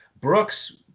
Brooks